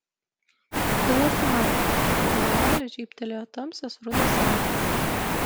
vilas matė kaip už vualio žybtelėjo tamsios rudos akys